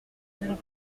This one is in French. les